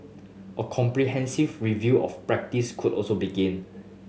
a comprehensive review of practice could also begin